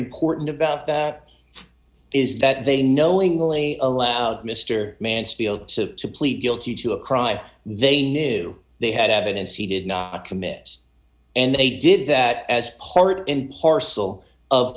important about that is that they knowingly allowed mr mansfield to plead guilty to a crime they knew they had evidence he did not commit and they did that as part and parcel